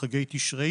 הוציאו בחגי תשרי,